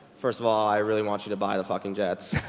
first of all i really want you to buy the fucking jets.